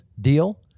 deal